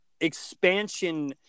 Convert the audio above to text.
expansion